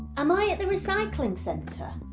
am i at the recycling centre?